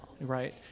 Right